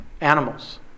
animals